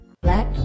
Black